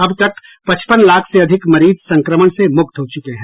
अब तक पचपन लाख से अधिक मरीज संक्रमण से मुक्त हो चुके हैं